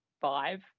five